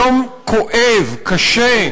יום כואב, קשה.